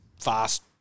fast